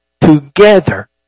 together